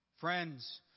Friends